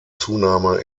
zunahme